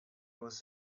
was